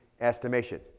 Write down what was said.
estimation